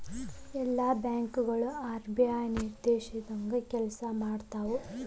ಎಲ್ಲಾ ಬ್ಯಾಂಕ್ ಗಳು ಆರ್.ಬಿ.ಐ ನಿರ್ದೇಶಿಸಿದಂಗ್ ಕೆಲ್ಸಾಮಾಡ್ತಾವು